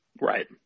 Right